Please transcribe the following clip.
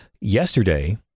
Yesterday